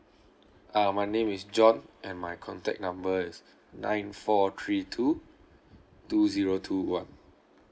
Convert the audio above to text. um my name is john and my contact number is nine four three two two zero two one